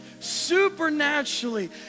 supernaturally